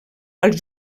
als